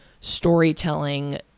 storytelling